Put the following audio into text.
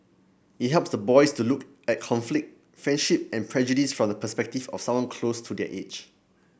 it helps the boys to look at conflict friendship and prejudice from the perspective of someone close to their age